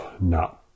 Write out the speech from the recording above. No